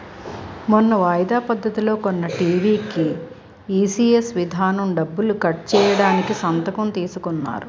మొన్న వాయిదా పద్ధతిలో కొన్న టీ.వి కీ ఈ.సి.ఎస్ విధానం డబ్బులు కట్ చేయడానికి సంతకం తీసుకున్నారు